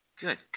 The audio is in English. Good